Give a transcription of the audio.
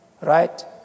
right